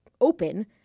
open